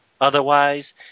otherwise